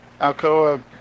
Alcoa